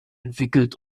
entwickelt